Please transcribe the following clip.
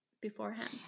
beforehand